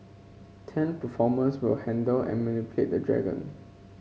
ten performers will handle and manipulate the dragon